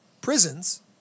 prisons